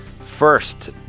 First